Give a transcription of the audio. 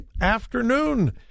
afternoon